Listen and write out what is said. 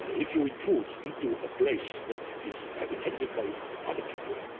if you intrude into a place that is inhabited by other people,